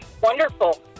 wonderful